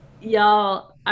y'all